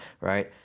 right